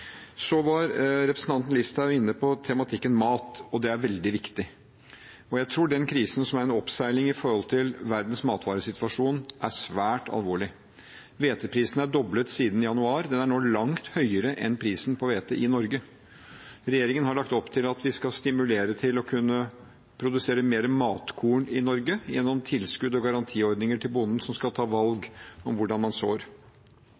Representanten Listhaug var inne på tematikken mat, og den er veldig viktig. Jeg tror den krisen som er under oppseiling knyttet til verdens matvaresituasjon, er svært alvorlig. Hveteprisen er doblet siden januar og er nå langt høyere enn prisen på hvete i Norge. Regjeringen har lagt opp til at vi skal stimulere til å produsere mer matkorn i Norge gjennom tilskudd og garantiordninger til bonden, som skal ta valg om hvordan man sår.